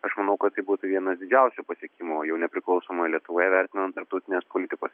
aš manau kad tai būtų vienas didžiausių pasiekimų o jau nepriklausomoje lietuvoje vertinant tarptautinės politikos